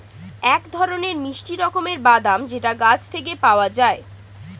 এক ধরনের মিষ্টি রকমের বাদাম যেটা গাছ থেকে পাওয়া যায়